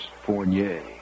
Fournier